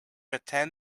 attend